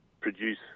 produce